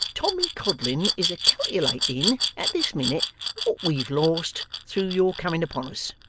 tommy codlin is a calculating at this minute what we've lost through your coming upon us.